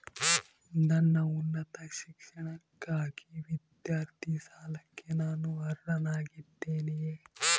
ನನ್ನ ಉನ್ನತ ಶಿಕ್ಷಣಕ್ಕಾಗಿ ವಿದ್ಯಾರ್ಥಿ ಸಾಲಕ್ಕೆ ನಾನು ಅರ್ಹನಾಗಿದ್ದೇನೆಯೇ?